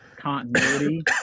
continuity